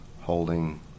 holding